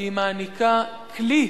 כי היא מעניקה כלי